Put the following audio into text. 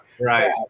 Right